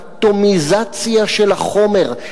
אטומיזציה של החומר,